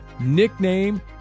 Nickname